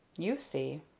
you see.